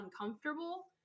uncomfortable